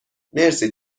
مرسی